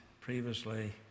previously